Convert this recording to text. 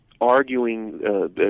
arguing